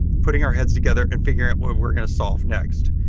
putting our heads together and figuring out what we're going to solve next.